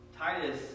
Titus